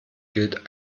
gilt